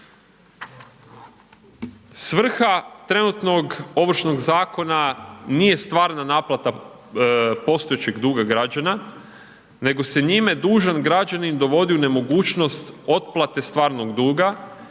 Svrha trenutnog Ovršnog zakona nije stvarna naplata postojećeg duga građana nego se njime dužan građanin dovodi u nemogućnost otplate stvarnog duga